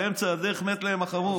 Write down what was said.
ובאמצע הדרך מת להם החמור.